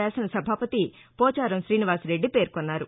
శాసనసభాపతి పోచారం శీనివాసరెడ్డి పేర్కొన్నారు